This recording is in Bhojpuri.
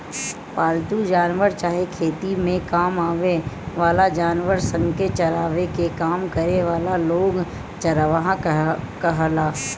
पालतू जानवर चाहे खेती में काम आवे वाला जानवर सन के चरावे के काम करे वाला लोग चरवाह कहाला